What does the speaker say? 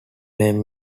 name